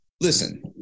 Listen